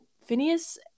phineas